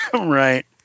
Right